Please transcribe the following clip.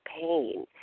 pain